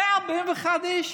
141 איש?